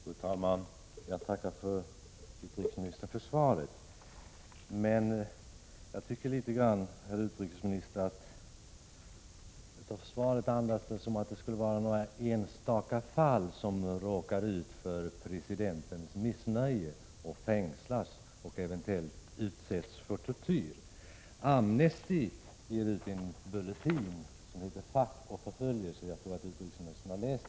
Fru talman! Jag tackar utrikesministern för svaret. Men jag tycker, herr utrikesminister, att svaret andas att det skulle vara i några enstaka fall som människor råkar ut för presidentens missnöje och fängslas och eventuellt utsätts för tortyr. Amnesty ger ut en bulletin, som heter Fack och förföljelse och som jag tror att utrikesministern har läst.